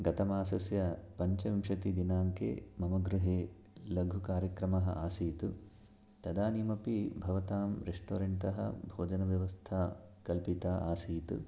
गतमासस्य पञ्चविंशतिदिनाङ्के मम गृहे लघुकार्यक्रमः आसीत् तदानीमपि भवतां रेस्टोरेण्ट् तः भोजनव्यवस्था कल्पिता आसीत्